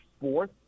fourth